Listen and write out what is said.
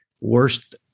worst